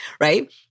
right